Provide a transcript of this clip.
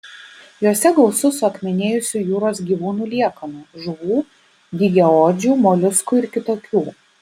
jose gausu suakmenėjusių jūros gyvūnų liekanų žuvų dygiaodžių moliuskų ir kitokių